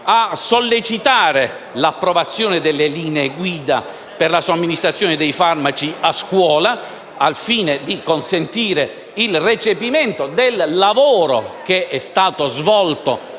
a sollecitare l'approvazione delle linee guida per la somministrazione dei farmaci a scuola, al fine di consentire il recepimento del lavoro che è stato svolto